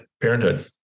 Parenthood